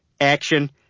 Action